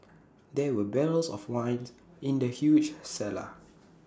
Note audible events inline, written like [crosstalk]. there were barrels of [noise] wine in the huge cellar